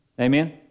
Amen